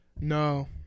No